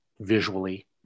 visually